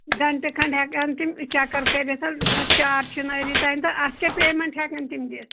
گَنٛٹہٕ کھٔنٛڈ ہٮ۪کٕہَن تِم چکر کٔرِتھ حظ چار چناری تام تہٕ اَتھ کیٛاہ پیمٮ۪نٛٹ ہٮ۪کَن تِم دِتھ